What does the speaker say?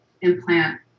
implant